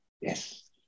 Yes